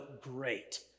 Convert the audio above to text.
great